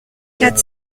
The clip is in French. quatre